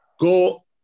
go